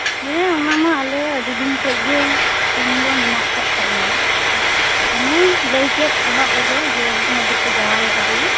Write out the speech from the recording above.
ᱦᱮᱸ ᱚᱱᱟᱢᱟ ᱟᱞᱮ ᱟᱹᱰᱤ ᱫᱤᱱ ᱠᱷᱚᱱᱜᱮ ᱴᱤᱢ ᱫᱚ ᱢᱮᱱᱟᱜ ᱠᱟᱜ ᱛᱟᱞᱮᱭᱟ ᱛᱚ ᱚᱱᱮᱧ ᱞᱟᱹᱭ ᱠᱮᱫ ᱮᱦᱚᱵ ᱨᱮᱜᱮ ᱡᱮ ᱢᱤᱫ ᱦᱚᱲ ᱫᱚᱠᱚ ᱡᱟᱶᱟᱭ ᱠᱟᱫᱮᱭᱟ